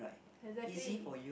exactly